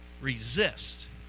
resist